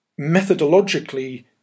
methodologically